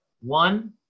one